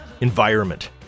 environment